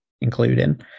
including